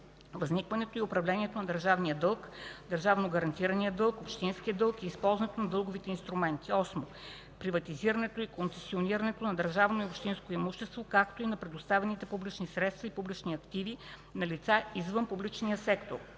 възникването и управлението на държавния дълг, държавно гарантирания дълг, общинския дълг и използването на дълговите инструменти; 8. приватизирането и концесионирането на държавно и общинско имущество, както и на предоставените публични средства и публични активи на лица извън публичния сектор;